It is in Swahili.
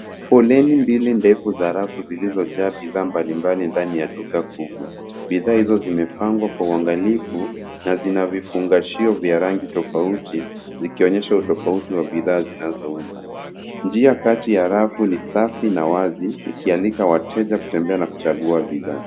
Foleni mbili ndefu za rafu zilizojaa bidhaa mbalimbali ndani ya duka kubwa. Bidhaa hizo zimepangwa kwa uangalifu na zina vifungashio vya rangi tofauti zikionyesha utofauti wa bidhaa zinazouza. Njia kati ya rafu ni safi na wazi ikialika wateja kutembea na kuchagua bidhaa.